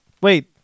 Wait